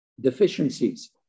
deficiencies